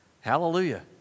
hallelujah